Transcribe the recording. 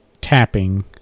tapping